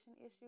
issue